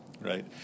right